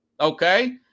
okay